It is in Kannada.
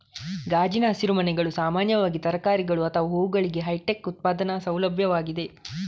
ಗಾಜಿನ ಹಸಿರುಮನೆಗಳು ಸಾಮಾನ್ಯವಾಗಿ ತರಕಾರಿಗಳು ಅಥವಾ ಹೂವುಗಳಿಗೆ ಹೈಟೆಕ್ ಉತ್ಪಾದನಾ ಸೌಲಭ್ಯಗಳಾಗಿವೆ